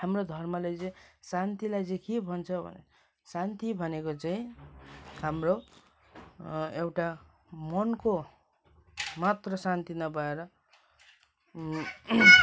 हाम्रो धर्मले चाहिँ शान्तिलाई चाहिँ के भन्छ भने शान्ति भनेको चाहिँ हाम्रो एउटा मनको मात्र शान्ति नभएर